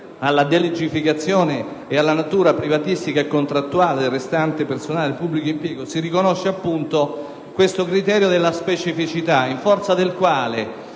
alla delegificazione e alla natura privatistica e contrattuale del restante personale del pubblico impiego, questo criterio della specificità, in forza del quale